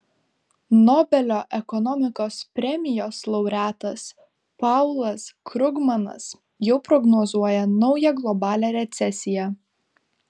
nobelio ekonomikos premijos laureatas paulas krugmanas jau prognozuoja naują globalią recesiją